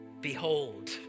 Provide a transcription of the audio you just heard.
behold